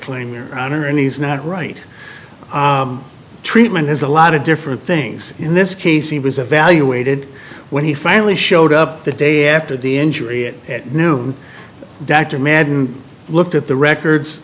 claim your honor and he's not right treatment is a lot of different things in this case he was evaluated when he finally showed up the day after the injury it at noon dr madden looked at the records